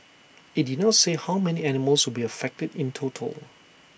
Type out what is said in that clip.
IT did not say how many animals will be affected in total